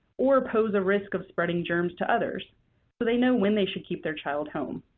or pose a risk of spreading germs to others, so they know when they should keep their child home.